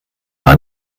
war